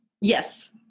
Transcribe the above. yes